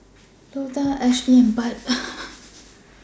Lota Ashleigh and Bud